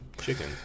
chicken